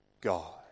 God